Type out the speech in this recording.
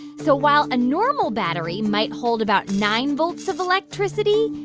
so while a normal battery might hold about nine volts of electricity,